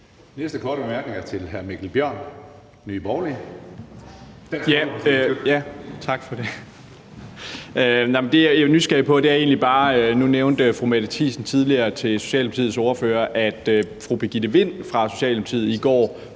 Næste korte bemærkning er til hr. Mikkel Bjørn, Dansk Folkeparti. Kl. 11:33 Mikkel Bjørn (DF): Tak for det. Nu nævnte fru Mette Thiesen tidligere til Socialdemokratiets ordfører, at fru Birgitte Vind fra Socialdemokratiet i går